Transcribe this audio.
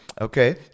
okay